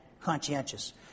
conscientious